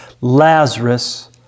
Lazarus